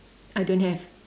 I don't have